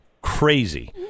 crazy